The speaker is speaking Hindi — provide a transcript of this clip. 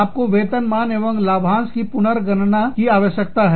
आपको वेतन मान एवं लाभांश की पुनर्गणना की आवश्यकता है